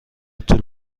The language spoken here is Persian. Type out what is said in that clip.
طول